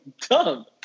dumb